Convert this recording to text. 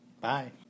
Bye